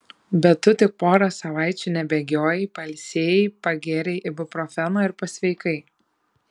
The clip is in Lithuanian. bet tu tik porą savaičių nebėgiojai pailsėjai pagėrei ibuprofeno ir pasveikai